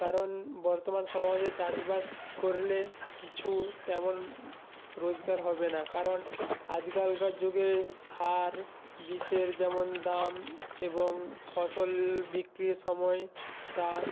কারণ বর্তমান সমাজে চাষবাস করলে কিছু তেমন রোজগার হবে না কারণ আজকালকার যুগে সার বিষের যেমন দাম এবং ফসল বিক্রির সময় তা